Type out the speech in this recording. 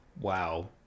Wow